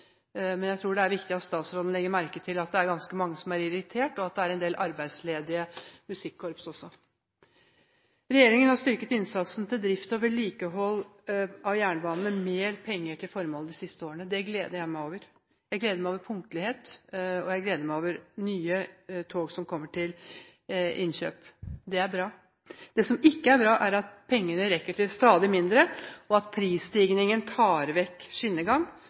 men jeg tror det er viktig at statsråden legger merke til at det er ganske mange som er irritert, og at det også er en del arbeidsledige musikkorps. Regjeringen har styrket innsatsen til drift og vedlikehold av jernbane med mer penger til formålet de siste årene. Det gleder jeg meg over. Jeg gleder meg over punktlighet, og jeg gleder meg over nye tog som blir kjøpt inn. Det er bra. Det som ikke er bra, er at pengene rekker til stadig mindre, og at prisstigningen tar vekk skinnegang.